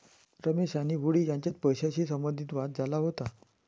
रमेश आणि हुंडी यांच्यात पैशाशी संबंधित वाद झाला होता